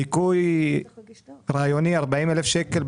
ניכוי רעיוני 40,000 שקל,